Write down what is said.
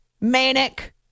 manic